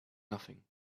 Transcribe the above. nothing